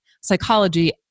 psychology